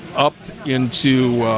up into